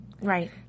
Right